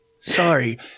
Sorry